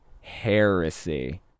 Heresy